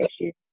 issues